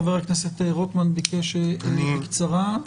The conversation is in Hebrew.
חבר הכנסת רוטמן ביקש להתייחס בקצרה.